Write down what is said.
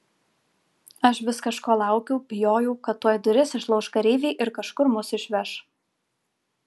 aš vis kažko laukiau bijojau kad tuoj duris išlauš kareiviai ir kažkur mus išveš